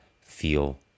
feel